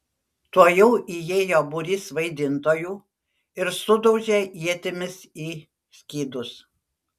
tuojau įėjo būrys vaidintojų ir sudaužė ietimis į skydus